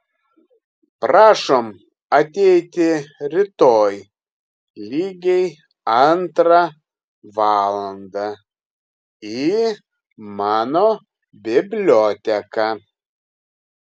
prašom ateiti rytoj lygiai antrą valandą į mano biblioteką